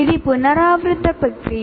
ఇది పునరావృత ప్రక్రియ